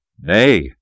Nay